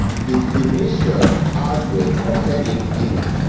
the initial outbreak occurred in guinea,